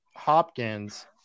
Hopkins